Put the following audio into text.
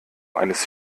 eines